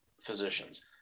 physicians